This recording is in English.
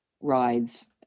rides